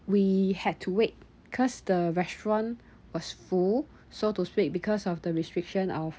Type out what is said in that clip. we had to wait because the restaurant was full so to speak because of the restrictions of